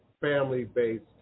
family-based